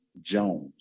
Jones